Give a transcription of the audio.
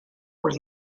were